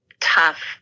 tough